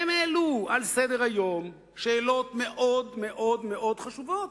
הם העלו על סדר-היום שאלות מאוד מאוד מאוד חשובות.